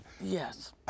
Yes